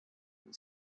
and